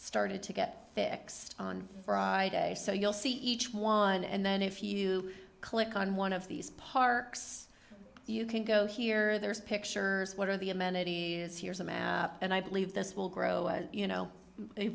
started to get fixed on friday so you'll see each one and then if you click on one of these parks you can go here there's pictures what are the amenities here and i believe this will grow as you know a